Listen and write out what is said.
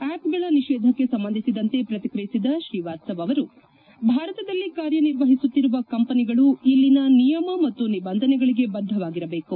ಆಪ್ಗಳ ನಿಷೇಧಕ್ಕೆ ಸಂಬಂಧಿಸಿದಂತೆ ಪ್ರತಿಕ್ರಿಯಿಸಿದ ತ್ರೀವಾತ್ತವ ಅವರು ಭಾರತದಲ್ಲಿ ಕಾರ್ಯ ನಿರ್ವಹಿಸುತ್ತಿರುವ ಕಂಪನಿಗಳು ಇಲ್ಲಿನ ನಿಯಮ ಮತ್ತು ನಿಬಂಧನೆಗಳಿಗೆ ಬದ್ಗವಾಗಿರಬೇಕು